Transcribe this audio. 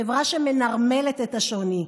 חברה שמנרמלת את השוני,